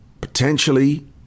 potentially